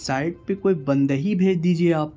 site پہ کوئی بندہ ہیی بھیج دیجیے آپ